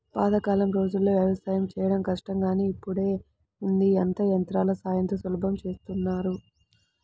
పాతకాలం రోజుల్లో యవసాయం చేయడం కష్టం గానీ ఇప్పుడేముంది అంతా యంత్రాల సాయంతో సులభంగా చేసేత్తన్నారు